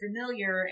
familiar